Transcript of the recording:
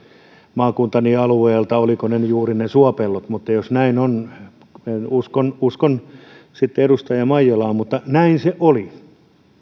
maakuntani alueelta juuri ne suopellot mutta jos näin on uskon uskon sitten edustaja maijalaa mutta näin se oli